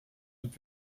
und